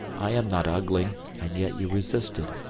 i am not ugly, and yet you resisted,